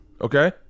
Okay